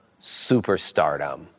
superstardom